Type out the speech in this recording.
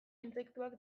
intsektuak